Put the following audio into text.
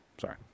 sorry